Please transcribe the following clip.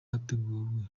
hateguwe